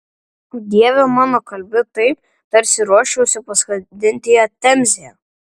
dieve mano kalbi taip tarsi ruoščiausi paskandinti ją temzėje